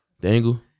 Dangle